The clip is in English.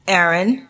Aaron